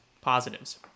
Positives